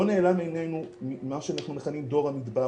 לא נעלם מעינינו מה שאנחנו מכנים "דור המדבר",